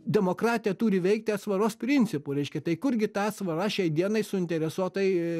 demokratija turi veikti atsvaros principu reiškia tai kurgi ta atsvara šiai dienai suinteresuotai